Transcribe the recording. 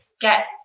get